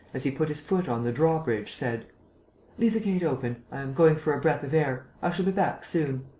as he put his foot on the drawbridge, said leave the gate open. i am going for a breath of air i shall be back soon.